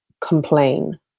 complain